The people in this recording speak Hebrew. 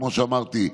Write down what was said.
כמו שאמרתי,